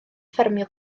ffermio